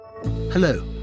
Hello